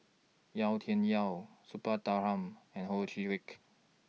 Yau Tian Yau Suppiah Dhanabalan and Ho Chee Lick